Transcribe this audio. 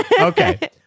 Okay